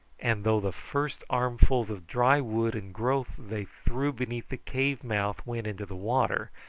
and though the first armfuls of dry wood and growth they threw beneath the cave mouth went into the water,